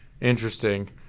Interesting